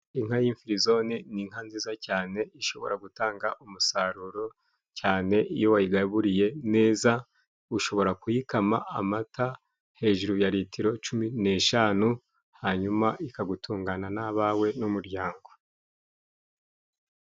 Inka y'imfirizone ni inka nziza cyane, ishobora gutanga umusaruro cyane iyo wayigaburiye neza. Ushobora kuyikama amata hejuru ya litiro cumi n'eshanu, hanyuma ikagutungana n'abawe n'umuryango.